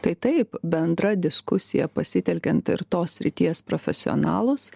tai taip bendra diskusija pasitelkiant ir tos srities profesionalus